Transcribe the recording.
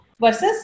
versus